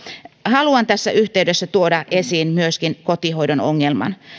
haluan tässä yhteydessä tuoda esiin myöskin kotihoidon ongelman